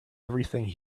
everything